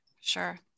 Sure